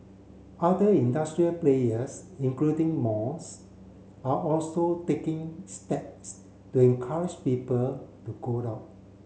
other industrial players including malls are also taking steps to encourage people to go out